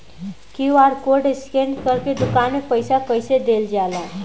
QR code scan करके दुकान में पईसा कइसे देल जाला?